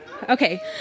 Okay